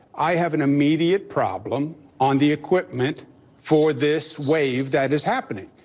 i have an immediate problem on the equipment for this wave that is happening.